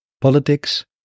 politics